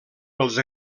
pels